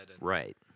Right